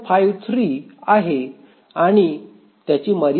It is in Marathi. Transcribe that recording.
753 आहे आणि त्याची मर्यादा 0